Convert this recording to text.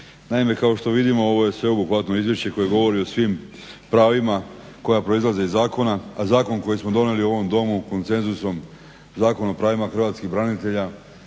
Naime, kao što vidimo ovo je sveobuhvatno izvješće koje govori o svim pravima koja proizlaze iz zakona, a zakon koji smo donijeli u ovom Domu konsenzusom Zakonom o prvima hrvatskih branitelja